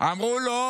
אמרו לו: